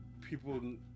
people